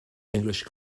english